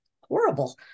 horrible